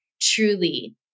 truly